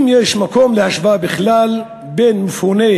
אם יש מקום להשוואה בכלל בין מפוני